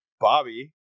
bobby